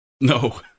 No